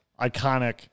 Iconic